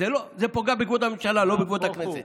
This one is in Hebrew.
זה פוגע בכבוד הממשלה, לא בכבוד הכנסת.